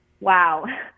wow